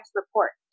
report